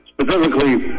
Specifically